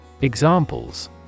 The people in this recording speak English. Examples